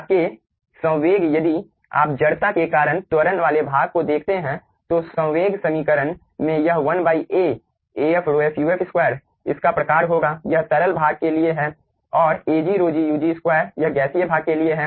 आपके संवेग यदि आप जड़ताके कारण त्वरण वाले भाग को देखते हैं तो संवेग समीकरण में यह 1A Af ρf uf2 इस प्रकार होगा यह तरल भाग के लिए है और Agρgug2 यह गैसीय भाग के लिए है